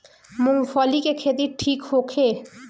मूँगफली के खेती ठीक होखे?